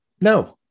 no